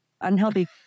unhealthy